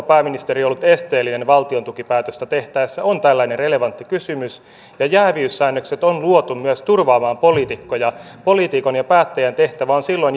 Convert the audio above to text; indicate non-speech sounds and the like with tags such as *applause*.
*unintelligible* pääministeri ollut esteellinen valtiontukipäätöstä tehtäessä on tällainen relevantti kysymys ja jääviyssäännökset on luotu myös turvaamaan poliitikkoja poliitikon ja päättäjän tehtävä on